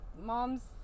Moms